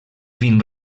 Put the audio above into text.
vint